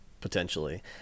potentially